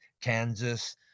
kansas